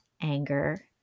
anger